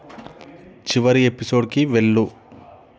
చివరి ఎపిసోడ్కి వెళ్ళు